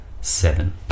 seven